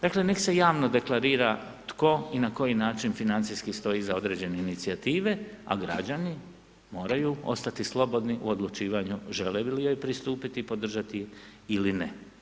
Dakle nek se javno deklarira tko i na koji način financijski stoji iza određene inicijative a građani moraju ostati slobodni u odlučivanju žele li joj pristupiti i podržati je ili ne.